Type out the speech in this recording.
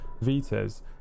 Vita's